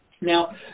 Now